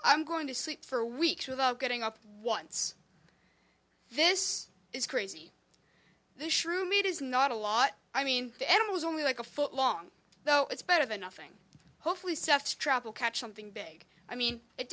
i'm going to sleep for weeks without getting up once this is crazy this roommate is not a lot i mean the enema was only like a foot long though it's better than nothing hopefully stuffed trouble catch something big i mean it